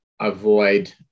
avoid